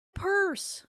purse